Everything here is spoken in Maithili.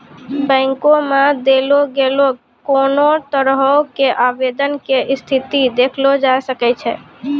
बैंको मे देलो गेलो कोनो तरहो के आवेदन के स्थिति देखलो जाय सकै छै